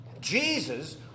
Jesus